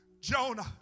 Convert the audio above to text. Jonah